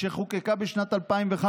שחוקקה בשנת 2005,